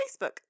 facebook